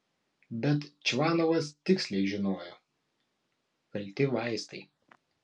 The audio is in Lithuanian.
bet čvanovas tiksliai žinojo kalti vaistai